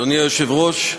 אדוני היושב-ראש,